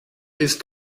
ist